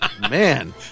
man